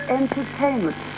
entertainment